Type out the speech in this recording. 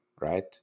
right